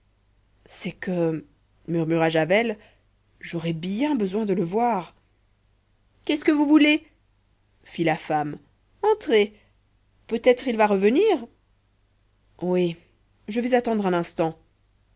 c'est que murmura javel j'aurais bien besoin de le voir qu'est-ce que vous voulez fit la femme entrez peut-être il va revenir oui je vais attendre un instant